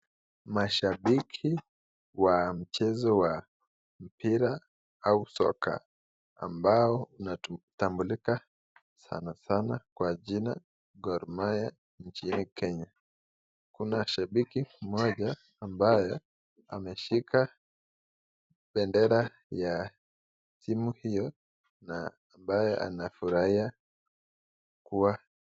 Mashabiki wa mchezo wa mpira au soka ambao unatambulika sanasana kwa jina Gor Mahia nchini Kenya. Kuna shabiki mmoja ambaye ameshika bendera ya timu hiyo na ambaye anafurahia kuwa.